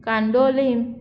Candolim